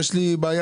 יש לי בעיה,